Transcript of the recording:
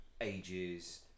ages